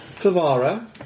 Favara